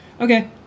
Okay